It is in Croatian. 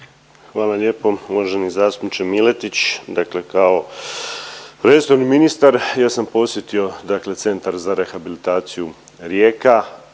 Hvala lijepo. Uvaženi zastupniče Miletić. Dakle, kao resorni ministar ja sam posjetio Centar za rehabilitaciju Rijeka,